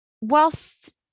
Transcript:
whilst